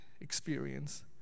experience